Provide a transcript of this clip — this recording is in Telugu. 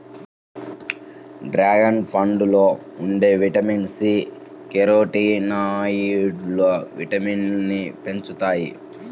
డ్రాగన్ పండులో ఉండే విటమిన్ సి, కెరోటినాయిడ్లు ఇమ్యునిటీని పెంచుతాయి